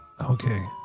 Okay